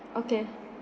okay